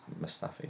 Mustafi